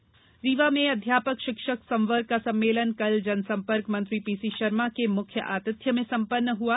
सम्मेलन रीवा में अध्यापक शिक्षक संवर्ग का सम्मेलन कल जनसम्पर्क मंत्री पीसी शर्मा के मुख्य आतिथ्य में संपन्न हआ